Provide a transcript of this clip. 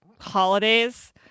holidays